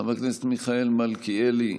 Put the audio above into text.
חבר הכנסת מיכאל מלכיאלי,